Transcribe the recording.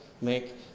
make